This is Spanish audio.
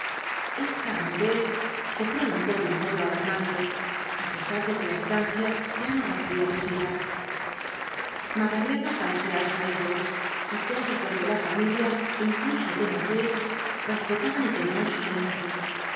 esta mudez se prolongó de un modo alarmante á pesar de que la estancia ya no recibía visitas madariaga parecía abstraído y todos los de la familia incluso desnoyers respetaban y temían su silencio